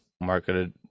marketed